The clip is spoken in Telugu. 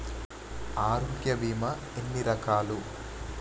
ఆరోగ్య బీమా ఎన్ని రకాలు?